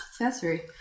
Accessory